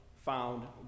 found